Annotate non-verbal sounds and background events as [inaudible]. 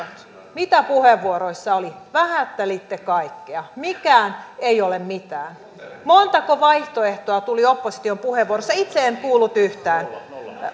mitä puheenvuoroissa oli vähättelitte kaikkea mikään ei ole mitään montako vaihtoehtoa tuli opposition puheenvuoroissa itse en kuullut yhtään [unintelligible]